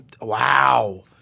Wow